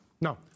No